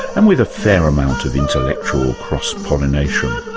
and with a fair amount of intellectual cross-pollination.